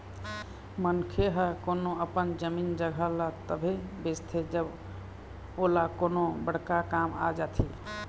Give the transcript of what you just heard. मनखे ह कोनो अपन जमीन जघा ल तभे बेचथे जब ओला कोनो बड़का काम आ जाथे